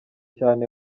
cyane